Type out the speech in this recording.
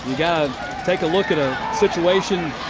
take a look at a situation,